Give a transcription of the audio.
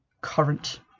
current